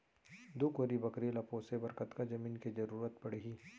दू कोरी बकरी ला पोसे बर कतका जमीन के जरूरत पढही?